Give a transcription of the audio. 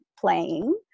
playing